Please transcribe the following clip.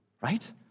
right